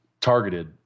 targeted